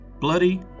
Bloody